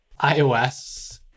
iOS